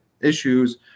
issues